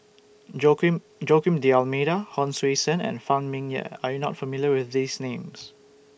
Joaquim Joaquim D'almeida Hon Sui Sen and Phan Ming Yen Are YOU not familiar with These Names